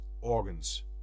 organs